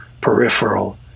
peripheral